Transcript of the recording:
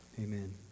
Amen